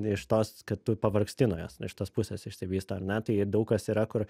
iš tos kad tu pavargsti nuo jos iš tos pusės išsivysto ar ne tai ir daug kas yra kur